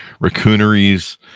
raccooneries